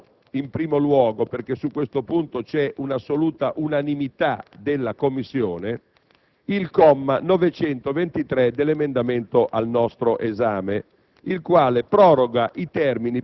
In particolare, le segnalo in primo luogo (perché su questo punto c'è un'assoluta unanimità della Commissione) il comma 923 dell'emendamento al nostro esame,